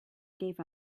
gave